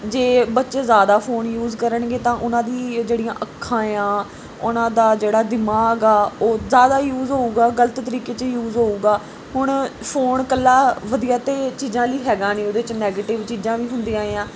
ਜੇ ਬੱਚੇ ਜ਼ਿਆਦਾ ਫੋਨ ਯੂਜ਼ ਕਰਨਗੇ ਤਾਂ ਉਹਨਾਂ ਦੀ ਜਿਹੜੀਆਂ ਅੱਖਾਂ ਆ ਉਹਨਾਂ ਦਾ ਜਿਹੜਾ ਦਿਮਾਗ ਆ ਉਹ ਜ਼ਿਆਦਾ ਯੂਜ਼ ਹੋਊਗਾ ਗਲਤ ਤਰੀਕੇ 'ਚ ਯੂਜ਼ ਹੋਊਗਾ ਹੁਣ ਫੋਨ ਇਕੱਲਾ ਵਧੀਆ ਤਾਂ ਚੀਜ਼ਾਂ ਲਈ ਹੈਗਾ ਨਹੀਂ ਉਹਦੇ ਚ ਨੈਗੇਟਿਵ ਚੀਜ਼ਾਂ ਵੀ ਹੁੰਦੀਆਂ ਆ